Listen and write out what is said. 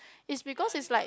is because is like